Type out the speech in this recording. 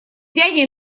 дядей